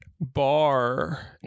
bar